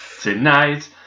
Tonight